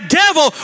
devil